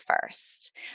first